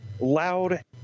loud